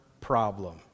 problem